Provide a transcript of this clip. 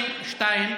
דבר שני: